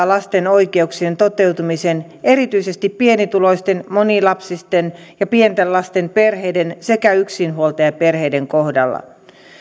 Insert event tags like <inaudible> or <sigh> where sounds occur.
<unintelligible> lasten oikeuksien toteutumisen erityisesti pienituloisten monilapsisten ja pienten lasten perheiden sekä yksinhuoltajaperheiden kohdalla